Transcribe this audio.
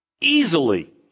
Easily